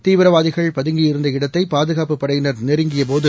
தீவிரவாதிகள் பதங்கியிருந்த இடத்தை பாதுகாப்புப் படையினர் நெருங்கியபோது